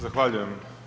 Zahvaljujem.